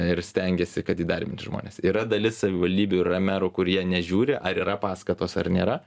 ir stengiasi kad įdarbinti žmones yra dalis savivaldybių yra merų kurie nežiūri ar yra paskatos ar nėra